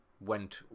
went